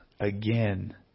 again